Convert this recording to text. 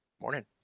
morning